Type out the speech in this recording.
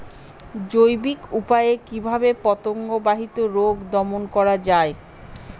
জৈবিক উপায়ে কিভাবে পতঙ্গ বাহিত রোগ দমন করা যায়?